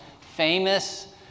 famous